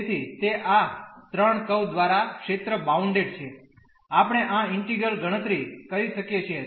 તેથી તે આ ત્રણ કર્વ દ્વારા ક્ષેત્ર બાઉન્ડેડ છે આપણે આ ઈન્ટિગ્રલ ગણતરી કરી શકીએ છીએ